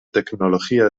tecnología